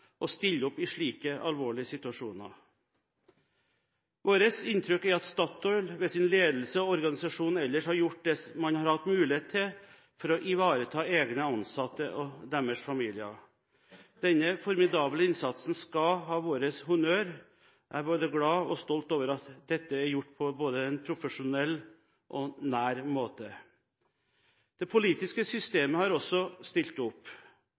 å stille opp i slike alvorlige situasjoner. Vårt inntrykk er at Statoil ved sin ledelse og organisasjonen ellers har gjort det man har hatt mulighet til for å ivareta egne ansatte og deres familier. Denne formidable innsatsen skal ha vår honnør. Jeg er både glad og stolt over at dette er gjort på en både profesjonell og nær måte. Det politiske systemet har også stilt opp.